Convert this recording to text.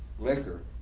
liquor,